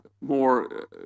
more